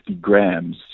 grams